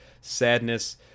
sadness